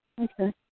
Okay